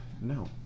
No